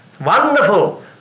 wonderful